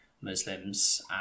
Muslims